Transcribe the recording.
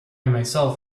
myself